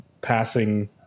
passing